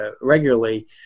regularly